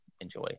enjoy